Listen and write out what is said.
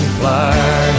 fly